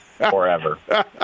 Forever